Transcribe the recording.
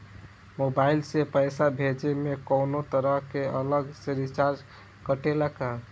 Mobile से पैसा भेजे मे कौनों तरह के अलग से चार्ज कटेला का?